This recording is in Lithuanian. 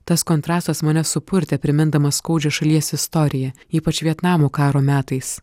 tas kontrastas mane supurtė primindamas skaudžią šalies istoriją ypač vietnamo karo metais